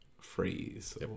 phrase